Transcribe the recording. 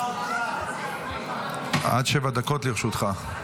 עד שבע דקות לרשותך.